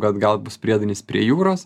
kad gal bus priedainis prie jūros